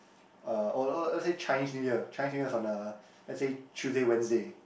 uh oh oh or let's say Chinese New Year Chinese New Year is on the let say Tuesday Wednesday